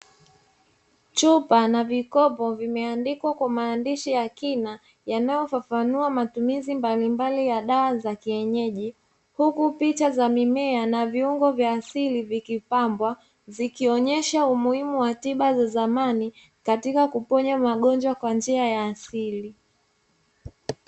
Chupa na vikopo vimeandikwa kwa maandishi ya kina yanayofafanua matumizi mbalimbali ya dawa za kienyeji, huku picha za mimea na viungo vya asili vikipambwa zikionesha umuhimu wa tiba za zamani kwa kuponya magonjwa kwa njia ya asili.